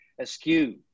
askew